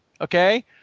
okay